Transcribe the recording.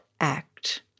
act